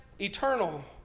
eternal